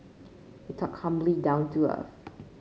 he talked humbly down to earth